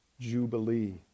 jubilee